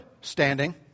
standing